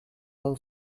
well